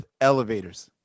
elevators